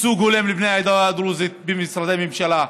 ייצוג הולם לבני העדה הדרוזית במשרדי ממשלה,